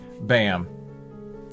BAM